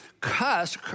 cuss